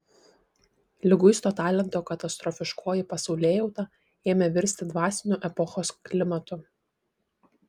liguisto talento katastrofiškoji pasaulėjauta ėmė virsti dvasiniu epochos klimatu